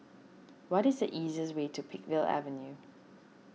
what is the easiest way to Peakville Avenue